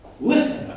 listen